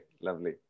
Lovely